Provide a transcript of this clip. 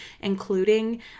including